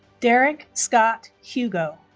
derek scott hugo